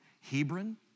Hebron